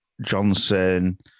Johnson